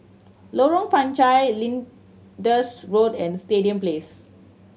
Lorong Panchar Lyndhurst Road and Stadium Place